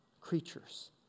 Creatures